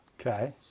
Okay